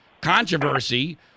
controversy